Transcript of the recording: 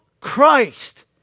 Christ